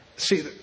See